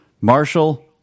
marshall